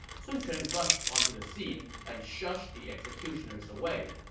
sun quan rushed onto the scene and shushed the executioners away.